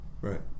Right